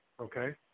Okay